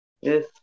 Yes